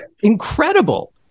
incredible